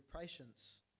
patience